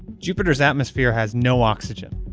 jupiter's atmosphere has no oxygen,